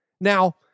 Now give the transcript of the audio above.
Now